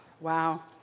Wow